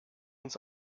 uns